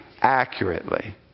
accurately